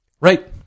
Right